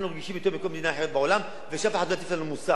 אנחנו רגישים יותר מכל מדינה אחרת בעולם ושאף אחד לא יטיף לנו מוסר.